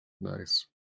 nice